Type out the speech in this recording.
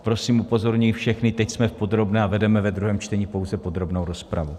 Prosím, upozorňuji všechny, teď jsme v podrobné a vedeme ve druhém čtení pouze podrobnou rozpravu.